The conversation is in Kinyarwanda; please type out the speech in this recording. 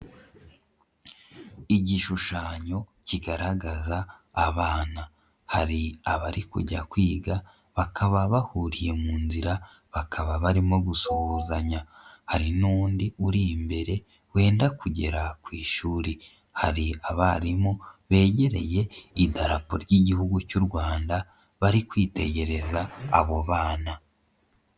Igishushanyo kigaragaza abana, hari abari kujya kwiga bakaba bahuriye mu nzira bakaba barimo gusuhuzanya, hari n'undi uri imbere wenda kugera ku ishuri, hari abarimu begereye idarapo ry'Igihugu cy'u Rwanda bari kwitegereza abo bana.